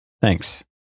thanks